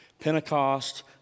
Pentecost